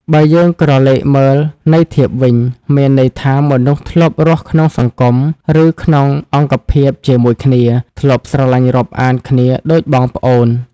បើយើងក្រឡេកមើលន័យធៀបវិញ មានន័យថាមនុស្សធ្លាប់រស់ក្នុងសង្គម ឬក្នុងអង្គភាពជាមួយគ្នា ធ្លាប់ស្រលាញ់រាប់អានគ្នាដូចបងប្អូន ។